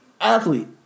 athlete